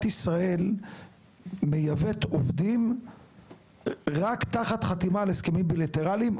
ישראל מייבאת עובדים רק תחת חתימה על הסכמים בילטרליים,